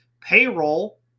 payroll